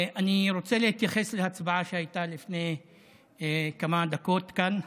אני רוצה להתייחס להצבעה שהייתה לפני כמה דקות כאן.